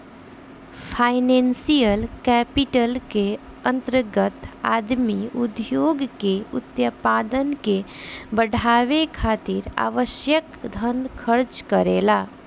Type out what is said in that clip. financial capital के अंतर्गत आदमी उद्योग के उत्पादन के बढ़ावे खातिर आवश्यक धन खर्च करेला